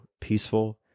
peaceful